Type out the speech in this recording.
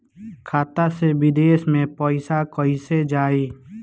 खाता से विदेश मे पैसा कईसे जाई?